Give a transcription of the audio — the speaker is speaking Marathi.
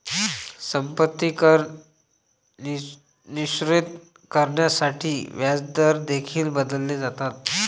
संपत्ती कर निश्चित करण्यासाठी व्याजदर देखील बदलले जातात